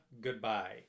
goodbye